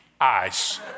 eyes